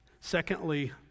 Secondly